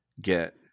get